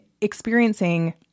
experiencing